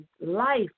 life